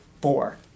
four